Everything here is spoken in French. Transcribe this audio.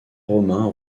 romain